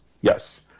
yes